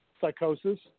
Psychosis